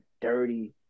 dirty